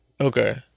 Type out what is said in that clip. Okay